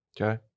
Okay